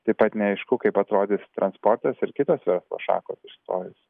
taip pat neaišku kaip atrodys transportas ir kitos verslo šakos išstojus